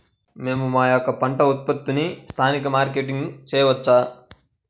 మేము మా యొక్క పంట ఉత్పత్తులని స్థానికంగా మార్కెటింగ్ చేయవచ్చా?